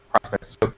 prospects